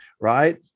right